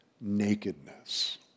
nakedness